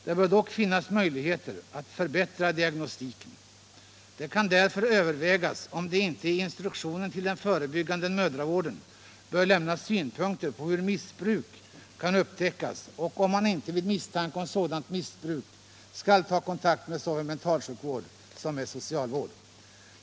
Det bör dock finnas möjligheter att förbättra diagnostiken. Det kan därför övervägas om det inte i instruktionen till den förebyggande mödravården bör lämnas synpunkter på hur missbruk kan upptäckas och om man inte vid misstanke om sådant missbruk skall ta kontakt såväl med mentalsjukvård som med socialvård.